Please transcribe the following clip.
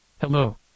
Hello